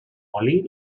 molí